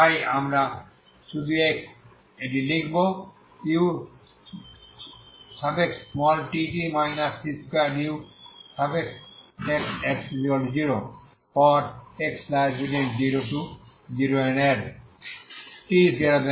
তাই আমরা শুধু এটি লিখব utt c2uxx0 for 0xL t0 এর জন্য